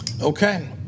Okay